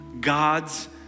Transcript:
God's